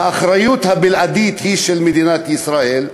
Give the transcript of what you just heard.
והאחריות הבלעדית היא של מדינת ישראל,